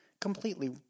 completely